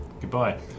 Goodbye